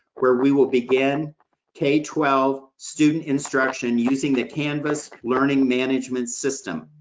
where we will begin k twelve student instruction using the canvas learning management system.